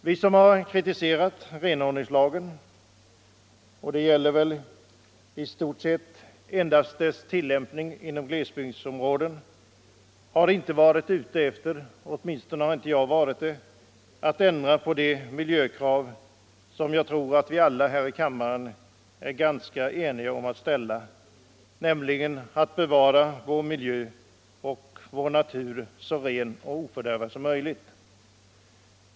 Vi som har kritiserat renhållningslagen — det gäller väl i stort sett endast dess tillämpning i glesbygden — har inte, åtminstone inte jag, varit ute efter att ändra på de miljökrav som jag tror vi är eniga om att man skall ställa, nämligen att bevara vår miljö och natur så ren och ofördärvad som möjligt.